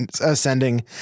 Ascending